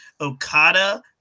Okada